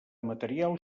material